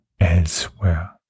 elsewhere